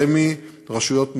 רמ"י ורשויות מקומיות.